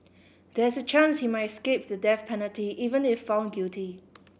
there is a chance he might escape the death penalty even if found guilty